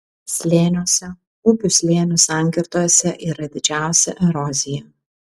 slėniuose upių slėnių sankirtose yra didžiausia erozija